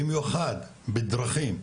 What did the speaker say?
במיוחד בדרכים,